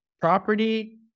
property